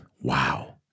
wow